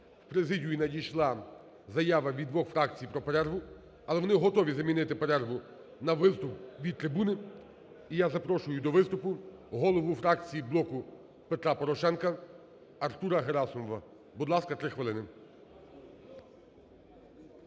в президію надійшла заява від двох фракцій про перерву. Але вони готові замінити перерву на виступ від трибуни. І я запрошую до виступу голову фракції "Блоку Петра Порошенка" Артура Герасимова. Будь ласка, 3 хвилини.